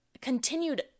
continued